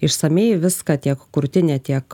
išsamiai viską tiek krūtinę tiek